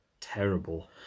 terrible